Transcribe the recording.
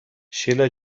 شیلا